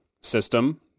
system